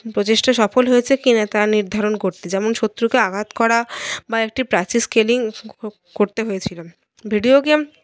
প্রচেষ্টা সফল হয়েছে কি না তা নির্ধারণ করতে যেমন শত্রুকে আঘাত করা বা একটি স্কেলিং করতে হয়েছিল ভিডিও গেম